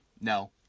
no